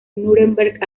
núremberg